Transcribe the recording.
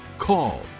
call